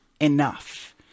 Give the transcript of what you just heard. enough